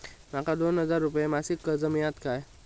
माका दोन हजार रुपये मासिक कर्ज मिळात काय?